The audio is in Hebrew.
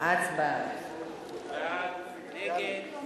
חוק שירות ביטחון (תיקון